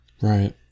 Right